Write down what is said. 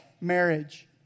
marriage